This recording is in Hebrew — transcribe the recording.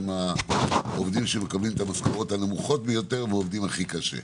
שמקבלים את המשכורות הנמוכות ביותר ועובדים הכי קשה.